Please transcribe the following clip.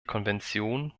konvention